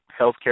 healthcare